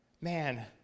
Man